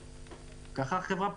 הבאה.